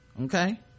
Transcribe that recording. Okay